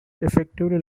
effectively